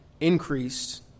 increased